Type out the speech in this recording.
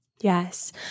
Yes